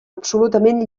absolutament